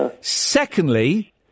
Secondly